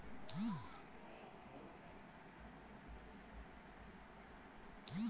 कर्ज घ्यासाठी मायाकडं कोंते कागद गरजेचे हाय?